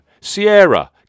Sierra